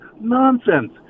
Nonsense